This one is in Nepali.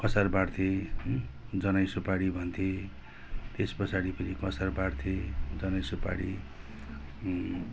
कसार बाट्थे जनाइसुपारी भन्थे त्यसपछाडि पनि कसार बाट्थे जनाइसुपारी